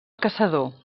caçador